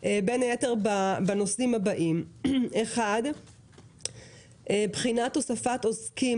בין היתר בנושאים הבאים: 1. בחינת הוספת עוסקים